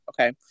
okay